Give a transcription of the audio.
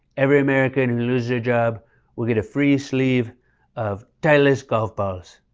every american who loses their job will get a free sleeve of titleist golf balls.